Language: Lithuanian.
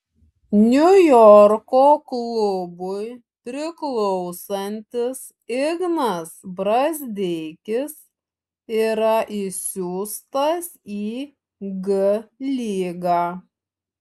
niujorko klubui priklausantis ignas brazdeikis yra išsiųstas į g lygą